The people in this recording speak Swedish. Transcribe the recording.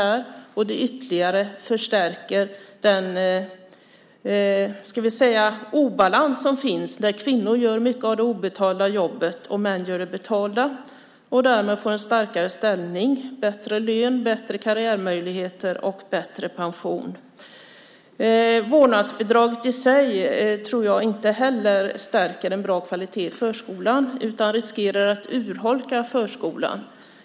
Det förstärker ytterligare den obalans som finns och som innebär att kvinnor gör mycket av det obetalda jobbet och män gör det betalda jobbet. Därmed får männen en starkare ställning, bättre lön, bättre karriärmöjligheter och bättre pension. Vårdnadsbidraget i sig tror jag inte heller stärker kvaliteten i förskolan, utan det riskerar att urholka förskolan.